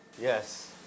Yes